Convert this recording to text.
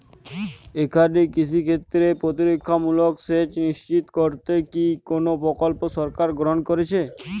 এখানে কৃষিক্ষেত্রে প্রতিরক্ষামূলক সেচ নিশ্চিত করতে কি কোনো প্রকল্প সরকার গ্রহন করেছে?